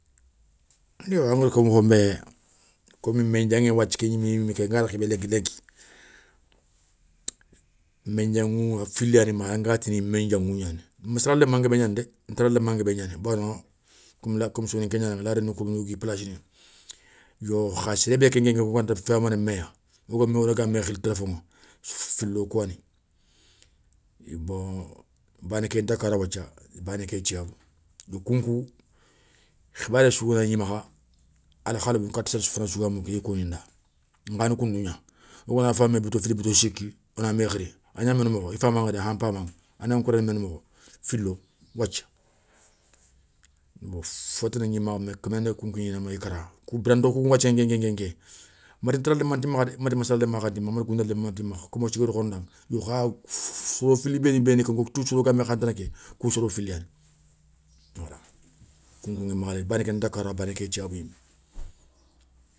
Yo angada ko mokhon bé komi médianŋé wathia ké gnimé ké nga ké rékhé bé lenki, lenki, méndiaŋou fili yani makha nga tou nanti mendiaŋou gnani, massala léma nguébé gnani dé, ntara léma nguébé gnani bawoni, kome soninké gnani laada ni kouni i plassi gna, yo kha séré bé nguéni wokou ganta famana méya, wogama mé wori woga mé khili téléfo, filo kou yani, bané kéya dakarou wathia bané kéya tiyabou bon kounkou khibaré sou ganagni makha alkhalibou kata séré fana sou ga moukou iya koŋi nda. Nkhani koundougna, o gana fama mé bito fili bito siki, ona mé khiri, a gna mendou mokho i famaŋa dé, han npamaŋa, anda nkoréni mendou mokho, filo wathia fotagni makha mé kamenen nda kou nkigni némaŋa i kara. Kou biranto kounkou wathia nkénkénké méti tara léma nti makha dé, méti maslaléma kha nti makha métti gounda léma nti makha, kom wossou gada koŋanda yo kha, soro fili béni béni, ga bogou toussour wo ga mé khantana ké, kou soro fili yani.